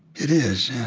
it is.